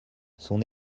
son